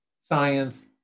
science